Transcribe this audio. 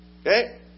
Okay